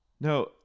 No